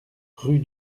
rue